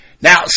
Now